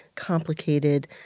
complicated